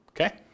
Okay